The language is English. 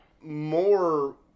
more